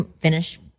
finish